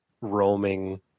roaming